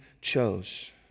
chose